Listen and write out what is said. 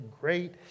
great